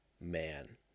man